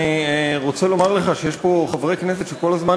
אני רוצה לומר לך שיש פה חברי כנסת שכל הזמן